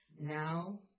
Now